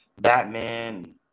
Batman